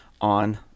on